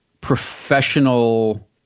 professional